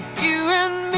you and